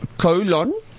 colon